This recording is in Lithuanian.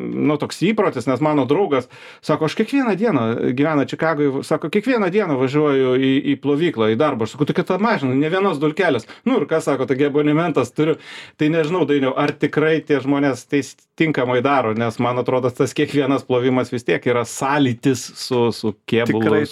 nu toks įprotis nes mano draugas sako aš kiekvieną dieną gyvena čikagoj sako kiekvieną dieną važiuoju į plovyklą į darbą aš sakau kad ta mašina nė vienos dulkelės nu ir kas sako taigi abonementas turiu tai nežinau dainiau ar tikrai tie žmonės tais tinkamai daro nes man atrodo tas kiekvienas plovimas vis tiek yra sąlytis su kėbulu su dažais